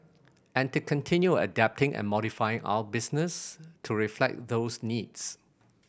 and to continue adapting and modifying our business to reflect those needs